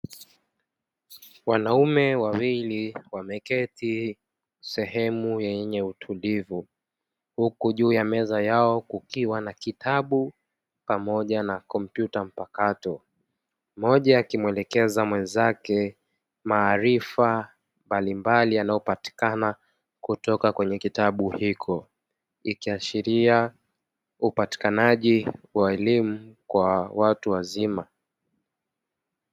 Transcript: Wanaume wawili wameketi sehemu yenye utulivu huku juu ya meza yao kukiwa na kitabu pamoja na kompyuta mpakato. Mmoja akimwelekeza mwenzake maarifa mbalimbali yanayopatikana kutoka kwenye kitabu hiko, ikiashiria upatikanaji wa elimu kwa watu wazima.